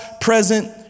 present